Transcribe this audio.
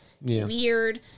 weird